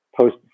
post